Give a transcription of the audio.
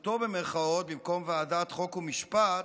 "בזכותו", במקום ועדת חוקה ומשפט,